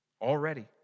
already